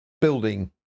building